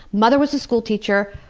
mother was a school teacher.